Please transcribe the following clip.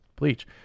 bleach